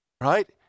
right